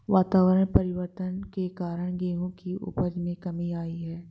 वातावरण परिवर्तन के कारण गेहूं की उपज में कमी आई है